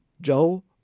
Joe